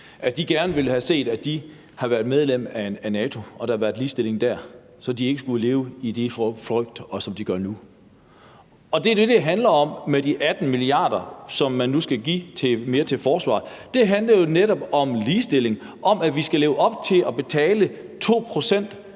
dernede, gerne havde set, at de havde været medlem af NATO, og at der havde været ligestilling der, så de ikke skulle leve i frygt, som de gør nu. Og det er det, det handler om med hensyn til de 18 mia. kr., som man nu skal give mere til forsvaret. Det handler jo netop om ligestilling og om, at vi skal leve op til løftet om at